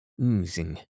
oozing